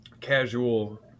casual